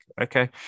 okay